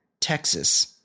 Texas